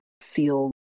feel